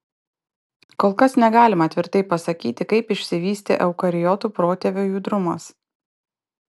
kol kas negalima tvirtai pasakyti kaip išsivystė eukariotų protėvio judrumas